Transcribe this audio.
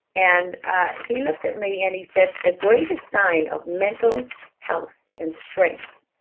and ah he looked at me, and he said, the greatest sign of mental health, and strength,